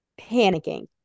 panicking